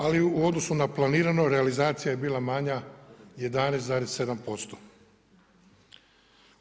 Ali, u odnosu na planirano, realizacija je bila manja 11,7%